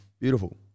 beautiful